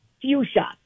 fuchsia